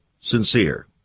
sincere